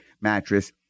mattress